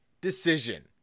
decision